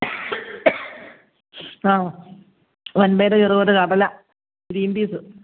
ആ വൻപയർ ചെറുപയർ കടല ഗ്രീൻ പീസ്